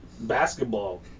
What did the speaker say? basketball